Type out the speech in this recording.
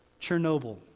Chernobyl